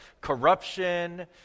corruption